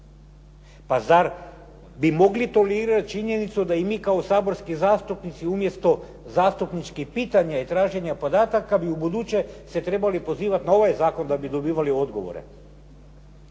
Pa zar bi mogli tolerirat činjenicu da i mi kao saborski zastupnici umjesto zastupničkih pitanja i traženja podataka bi ubuduće se trebali pozivati na ovaj zakon da bi dobivali odgovore?